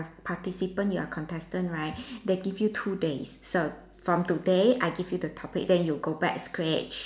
participant you are contestant right they give you two days so from today I give you the topic then you go back sketch